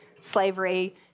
slavery